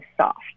soft